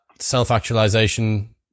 self-actualization